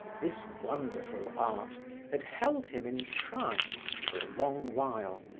this wonderful art had held him entranced for a long while,